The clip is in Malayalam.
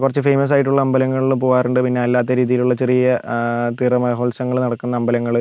കുറച്ച് ഫേമസ് ആയിട്ടുള്ള അമ്പലങ്ങളിൽ പോവാറുണ്ട് പിന്നെ അല്ലാതെ രീതിയിലുള്ള ചെറിയ തിറ മഹോത്സവങ്ങൾ നടക്കുന്ന അമ്പലങ്ങൾ